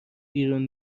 بیرون